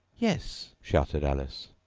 yes! shouted alice.